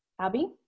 Abby